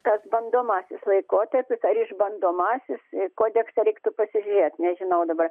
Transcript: tas bandomasis laikotarpis ar išbandomasis kodekse reiktų pasižiūrėti nežinau dabar